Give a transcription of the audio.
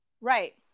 Right